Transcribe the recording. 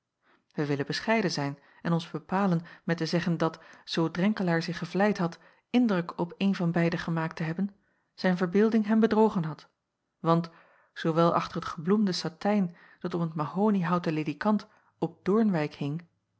wij willen bescheiden zijn en ons bepalen met te zeggen dat zoo drenkelaer zich gevleid had indruk op eene van beiden gemaakt te hebben zijn verbeelding hem bedrogen had want zoowel achter het gebloemde satijn dat om het mahoniehouten ledikant op